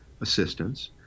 assistance